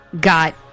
got